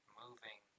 moving